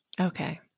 Okay